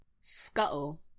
scuttle